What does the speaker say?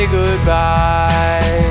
goodbye